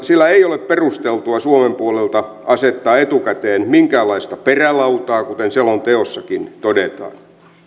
sillä ei ole perusteltua suomen puolelta asettaa etukäteen minkäänlaista perälautaa kuten selonteossakin todetaan